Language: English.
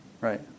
Right